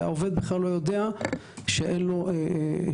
והעובד לא יודע שאין לו ביטוח.